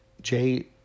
Jay